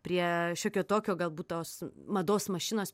prie šiokio tokio galbūt tos mados mašinos